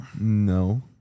No